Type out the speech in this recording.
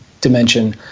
dimension